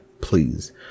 please